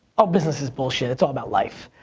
oh business is bullshit, it's all about life.